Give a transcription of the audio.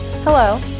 Hello